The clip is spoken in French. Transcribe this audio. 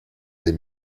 des